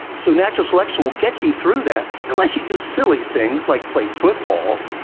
so natural selection will get you through that, unless you do silly things like play football